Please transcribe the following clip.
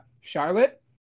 Charlotte